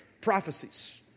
prophecies